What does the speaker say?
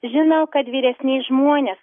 žinau kad vyresni žmonės